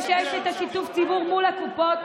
ושיהיה שיתוף ציבור מול הקופות,